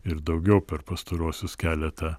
ir daugiau per pastaruosius keletą